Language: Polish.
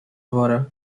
wora